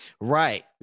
Right